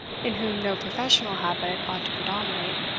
in whom no professional habit ought to predominate.